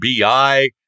BI